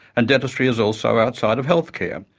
and dentistry is also outside of healthcare.